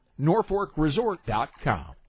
NorfolkResort.com